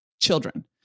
children